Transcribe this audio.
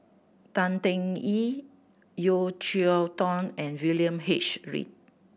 Tan Teng Yee Yeo Cheow Tong and William H Read